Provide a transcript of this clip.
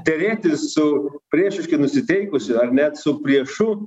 derėtis su priešiškai nusiteikusiu ar net su priešu